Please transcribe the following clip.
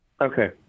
Okay